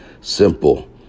Simple